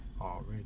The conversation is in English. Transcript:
Already